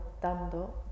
dando